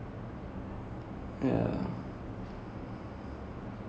oh davi I also watch davi [one]